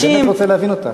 אני באמת רוצה להבין אותך.